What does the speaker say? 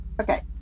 Okay